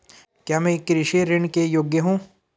क्या मैं कृषि ऋण के योग्य हूँ?